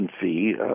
fee